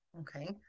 Okay